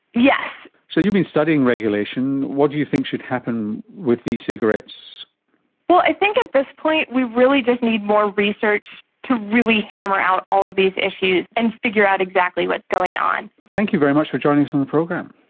yes. so you've been studying regulation. what do you think should happen with ecigarettes? i think at this point we really just need more research to really hammer out all of these issues and figure out exactly what's going on. thank you very much for joining us on the program.